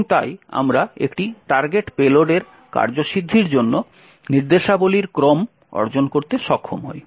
এবং তাই আমরা একটি টার্গেট পেলোডের কার্যসিদ্ধির জন্য নির্দেশাবলীর ক্রম অর্জন করতে সক্ষম হই